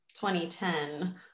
2010